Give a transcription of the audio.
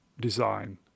design